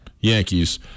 Yankees